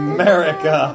America